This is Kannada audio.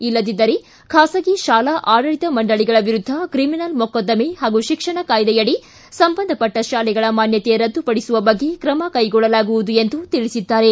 ಇಲ್ಲದಿದ್ದರೆ ಖಾಸಗಿ ಶಾಲಾ ಆಡಳಿತ ಮಂಡಳಿಗಳ ವಿರುದ್ಧ ತ್ರಮಿನಲ್ ಮೊಕ್ಕದ್ದಮೆ ಹಾಗೂ ಶಿಕ್ಷಣ ಕಾಯ್ದೆಯಡಿ ಸಂಬಂಧಪಟ್ಟ ಶಾಲೆಗಳ ಮಾನ್ಯತೆ ರದ್ದುಪಡಿಸುವ ಬಗ್ಗೆ ತ್ರಮ ಕೈಗೊಳ್ಳಲಾಗುವುದು ಎಂದು ತಿಳಿಸಿದ್ದಾರೆ